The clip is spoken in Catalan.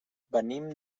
venim